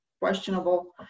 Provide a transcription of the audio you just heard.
questionable